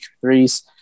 threes